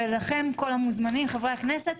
ולכם כל המוזמנים חברי הכנסת,